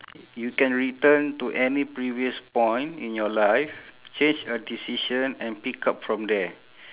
you can return to any previous point in your life change a decision and pick up from there